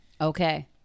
Okay